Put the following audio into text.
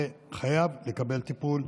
זה חייב לקבל טיפול,